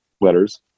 letters